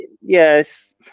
yes